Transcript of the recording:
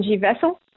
vessel